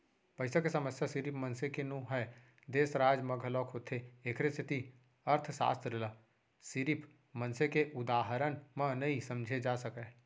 पइसा के समस्या सिरिफ मनसे के नो हय, देस, राज म घलोक होथे एखरे सेती अर्थसास्त्र ल सिरिफ मनसे के उदाहरन म नइ समझे जा सकय